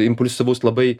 impulsyvus labai